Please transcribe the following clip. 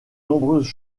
nombreuses